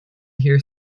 here